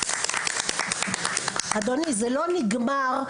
אדוני, זה לא נגמר.